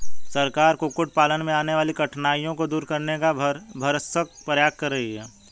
सरकार कुक्कुट पालन में आने वाली कठिनाइयों को दूर करने का भरसक प्रयास कर रही है